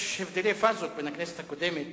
יש הבדלי פאזות בין הכנסת הקודמת